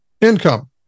income